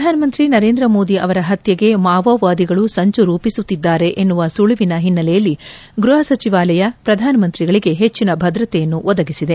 ಪ್ರಧಾನಮಂತ್ರಿ ನರೇಂದ್ರ ಮೋದಿ ಅವರ ಹತ್ನೆಗೆ ಮಾವೋವಾದಿಗಳು ಸಂಚು ರೂಪಿಸುತ್ತಿದ್ದಾರೆ ಎನ್ನುವ ಸುಳಿವಿನ ಹಿನ್ನೆಲೆಯಲ್ಲಿ ಗ್ರಹಸಚಿವಾಲಯ ಪ್ರಧಾನಮಂತ್ರಿಗಳಿಗೆ ಹೆಚ್ಚಿನ ಭದ್ರತೆಯನ್ನು ಒದಗಿಸಿದೆ